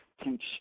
teach